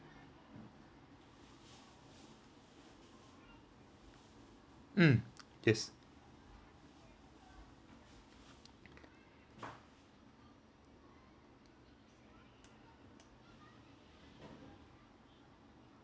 mm yes